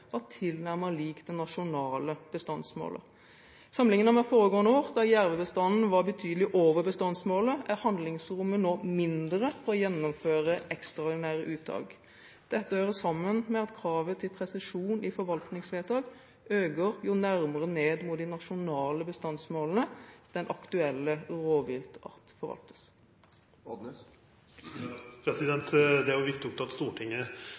var tilnærmet lik det nasjonale bestandsmålet. Sammenliknet med foregående år, da jervebestanden var betydelig over bestandsmålet, er handlingsrommet nå mindre for å gjennomføre ekstraordinære uttak. Dette hører sammen med at kravet til presisjon i forvaltningsvedtak øker jo nærmere ned mot de nasjonale bestandsmålene den aktuelle rovviltart forvaltes. Det er viktig at Stortinget